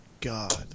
God